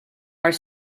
are